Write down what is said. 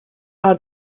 our